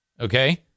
Okay